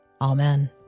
Amen